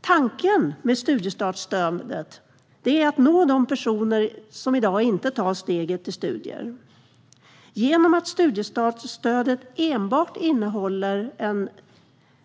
Tanken med studiestartsstödet är att nå de personer som i dag inte tar steget till studier. Genom att studiestartsstödet enbart innehåller en